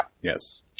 Yes